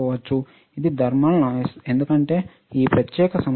ఇది thermal noise ఎందుకంటే ఈ ప్రత్యేక సమస్య